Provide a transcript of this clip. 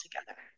together